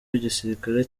w’igisirikare